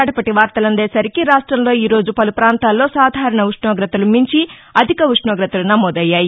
కడపటి వార్తలందే సరికి రాష్టంలో ఈ రోజు పలు పాంతాల్లో సాధారణ ఉ ష్టోగ్రతలు మించి అధిక ఉష్టోగ్రతలు నమోదయ్యాయి